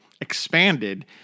expanded